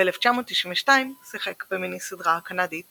ב-1992 שיחק במיני סדרה הקנדית